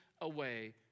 away